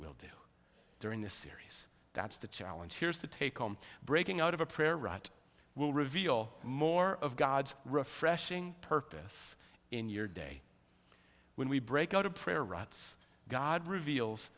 will do during this series that's the challenge here is to take home breaking out of a prayer rut will reveal more of god's refreshing purpose in your day when we break out of prayer rites god reveals